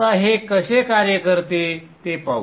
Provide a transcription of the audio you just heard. आता हे कसे कार्य करते ते पाहू